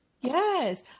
Yes